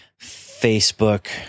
Facebook